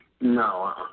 No